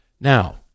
Now